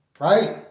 Right